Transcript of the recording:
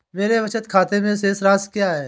मेरे बचत खाते में शेष राशि क्या है?